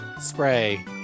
spray